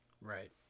Right